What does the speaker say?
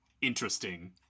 interesting